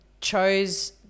chose